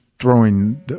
Throwing